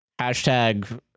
Hashtag